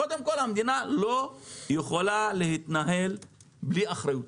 קודם כל המדינה לא יכולה להתנהל בלי אחריות,